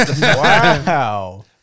Wow